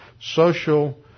social